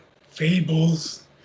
fables